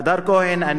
אדר כהן,